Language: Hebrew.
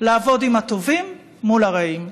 לעבוד עם הטובים, מול הרעים,